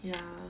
ya